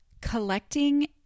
collecting